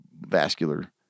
vascular